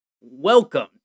Welcome